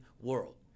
world